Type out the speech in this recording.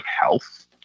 health